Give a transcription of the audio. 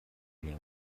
lio